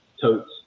totes